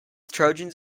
trojans